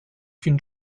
qu’une